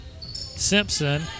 Simpson